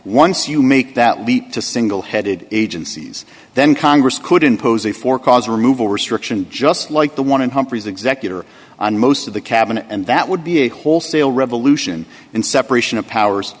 once you make that leap to single headed agencies then congress could impose a four cause removal restriction just like the one in humphrey's executor and most of the cabinet and that would be a wholesale revolution in separation of powers